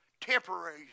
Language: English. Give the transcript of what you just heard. temporary